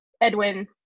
Edwin